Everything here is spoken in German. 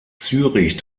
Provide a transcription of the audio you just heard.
zürich